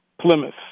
Plymouth